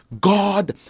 God